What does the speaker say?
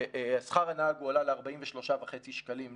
ששכר הנהג הועלה ל-43.5 שקלים לשעה.